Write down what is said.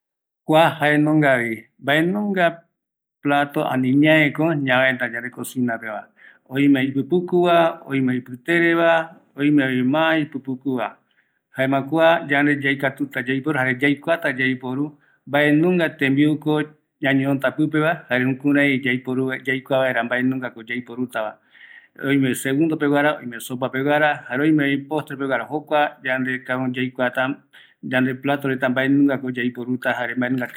﻿Kua jaenungavi, mbaenunga plato ani ñaeko ñaväeta ñanecosinapeva, oime ipipikuca, oime ipitereva oimevi ma ipipukuva, jaema kua yande yaikatuta yaiporu jare yaikuata yaiporu mbaenunga tembiuko ñañonota pipeva jare jukurai yaiporu, yaikua vera mbaenungako yaiporutava oime segundo peguara, oime sopapeguara, jare oimevi postre peguara, jokua yande cada uno yaikuata yande plato reta mbaenungako yaiporuta jare mbaenunga va